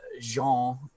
Jean